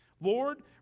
Lord